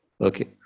Okay